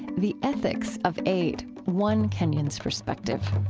the ethics of aid one kenyan's perspective.